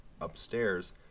upstairs